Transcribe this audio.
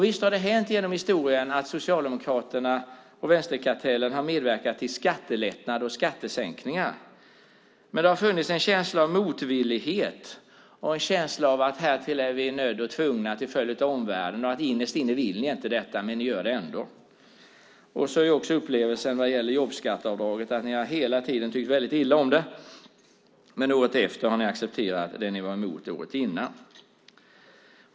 Visst har det hänt genom historien att Socialdemokraterna och vänsterkartellen har medverkat till skattelättnader och skattesänkningar, men det har funnits en känsla av motvillighet och en känsla av att härtill är ni nödda och tvungna till följd av omvärlden. Innerst inne vill ni inte detta, men ni gör det ändå. Så är också upplevelsen när det gäller jobbskatteavdraget. Ni har hela tiden tyckt väldigt illa om det, men året efter har ni accepterat det ni var emot året innan.